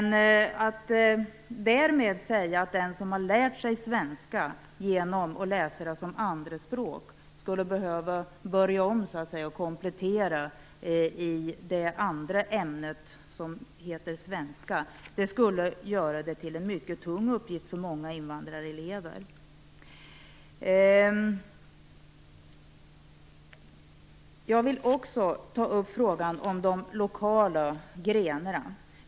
Att säga att den som har lärt sig svenska genom att läsa det som andraspråk skulle behöva börja om och komplettera i det andra ämnet som heter svenska skulle göra det till en mycket tung uppgift för många invandrarelever. Jag vill också ta upp frågan om de lokala grenarna.